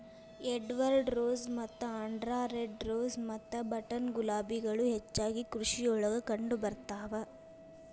Edward rose ಮತ್ತ Andhra red rose ಮತ್ತ button ಗುಲಾಬಿಗಳು ಹೆಚ್ಚಾಗಿ ಕೃಷಿಯೊಳಗ ಕಂಡಬರ್ತಾವ